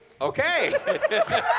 Okay